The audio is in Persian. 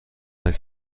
عکس